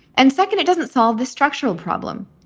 and second, it doesn't solve the structural problem,